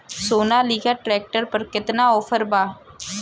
Sonalika tractor पर केतना offer बा?